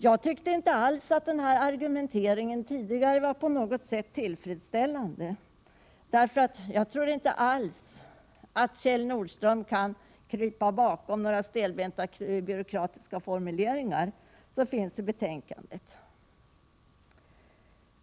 Jag tyckte inte alls att argumenteringen tidigare var på något sätt tillfredsställande, och jag tror inte att Kjell Nordström kan krypa bakom några stelbenta, byråkratiska formuleringar som finns i betänkandet.